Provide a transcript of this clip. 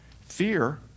Fear